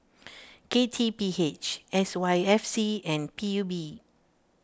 K T P H S Y F C and P U B